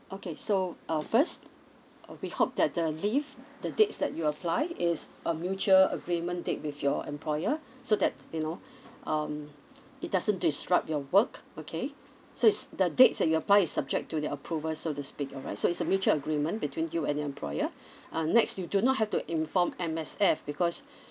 okay so uh first uh we hope that the leave the dates that you apply is a mutual agreement date with your employer so that you know um it doesn't disrupt your work okay so is the dates that you apply is subject to their approval so to speak all right so is a mutual agreement between you and your employer uh next you do not have to inform M_S_F because